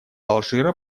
алжира